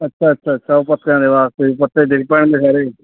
ਅੱਛਾ ਅੱਛਾ ਅੱਛਾ ਉਹ ਪੱਤਿਆਂ ਦੇ ਵਾਸਤੇ ਪੱਤੇ ਡਿੱਗ ਪੈਣਗੇ ਸਾਰੇ